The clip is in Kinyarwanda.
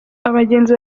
abagenzi